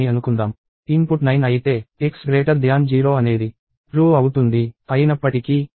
input 9 అయితేx0 అనేది true అవుతుంది అయినప్పటికీ x3 ఇప్పటికీ 0గా ఉంటుంది